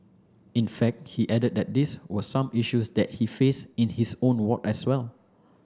in fact he added that these were some issues that he faced in his own ward as well